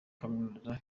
kaminuza